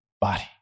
body